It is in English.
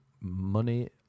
money